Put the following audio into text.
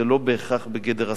זה לא בהכרח בגדר הסתה,